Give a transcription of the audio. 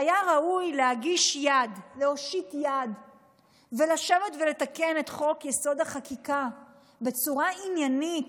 ראוי היה להושיט יד ולתקן את חוק-יסוד: החקיקה בצורה עניינית,